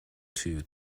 tooth